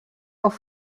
auf